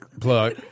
Plug